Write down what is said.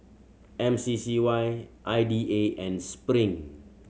M C C Y I D A and Spring